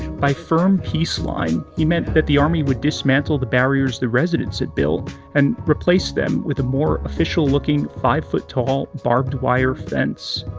by firm peace line he meant that the army would dismantle the barriers the residents had built and replaced them with a more official-looking, five-foot-tall barbed wire fence.